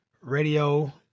radio